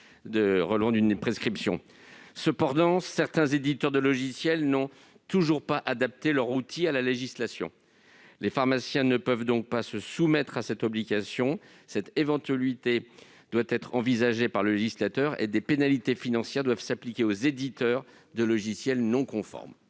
Cependant, certains éditeurs de logiciels n'ont toujours pas adapté leur outil à la législation. Les pharmaciens ne peuvent donc pas se soumettre à une telle obligation. Cette éventualité doit être envisagée par le législateur, et des pénalités financières doivent s'appliquer aux éditeurs de logiciels non conformes.